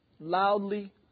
loudly